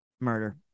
murder